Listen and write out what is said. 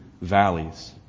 valleys